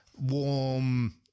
warm